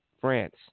France